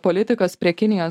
politikos prie kinijos